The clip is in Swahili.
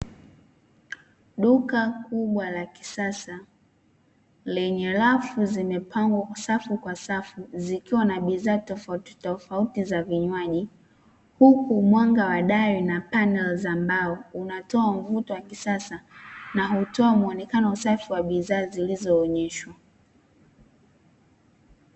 Duka kubwa la kisasa, lenye rafu zimepangwa kusafi kwa safu zikiwa na bidhaa tofauti tofauti za vinywaji huku mwanga wa dai na panel za mbao unatoa mvuto wa kisasa na hutoa muonekano usafi wa bidhaa zilizoonyeshwa.